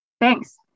Thanks